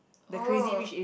oh